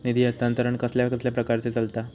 निधी हस्तांतरण कसल्या कसल्या प्रकारे चलता?